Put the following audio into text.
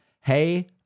hey